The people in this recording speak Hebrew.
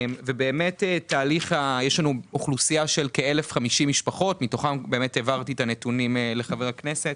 יש לנו אוכלוסייה של כ-1,050 משפחות העברתי את הנתונים לחבר הכנסת